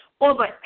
over